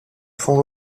fonds